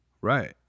right